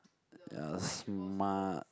they are smart